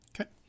Okay